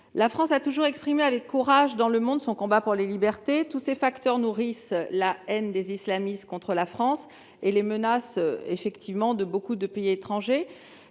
a aussi toujours exprimé avec courage dans le monde son combat pour les libertés. Tous ces facteurs nourrissent la haine des islamistes contre la France et les menaces de nombreux pays étrangers,